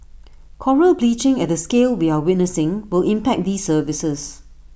Coral bleaching at the scale we are witnessing will impact these services